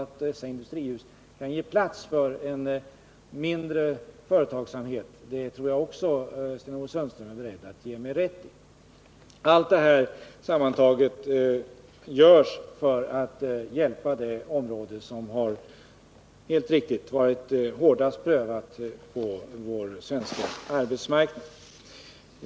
Att dessa industrier dessutom kan ge plats för den mindre företagsamheten tror jag att Sten-Ove Sundström också är beredd att hålla med mig om. Allt detta sammantaget görs för att hjälpa det område som — det är helt riktigt — har varit det hårdast prövade på vår svenska arbetsmarknad.